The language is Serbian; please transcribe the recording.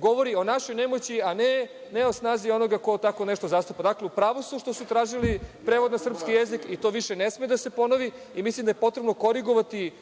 govori o našoj nemoći, a ne o snazi onoga ko tako nešto zastupa.U pravu su što su tražili prevod na srpski jezik i to više ne sme da se ponovi i mislim da je potrebno korigovati